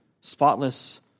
spotless